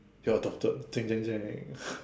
you're adopted jang jang jang